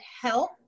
help